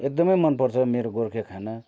एकदमै मनपर्छ मेरो गोर्खे खाना